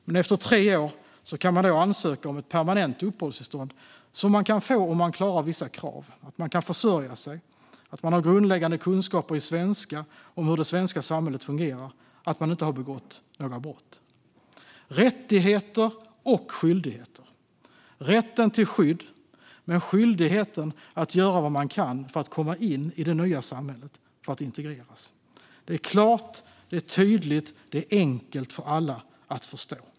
Men efter tre år kan man ansöka om permanent uppehållstillstånd som man kan få om man uppfyller vissa krav: att man kan försörja sig, att man har grundläggande kunskaper i svenska och om hur det svenska samhället fungerar och att man inte har begått några brott. Det innehåller rättigheter och skyldigheter - rätten till skydd men skyldigheten att göra vad man kan för att komma in i det nya samhället, för att integreras. Det är klart, det är tydligt och det är enkelt för alla att förstå.